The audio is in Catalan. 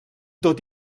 tot